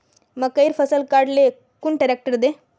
मकईर फसल काट ले कुन ट्रेक्टर दे?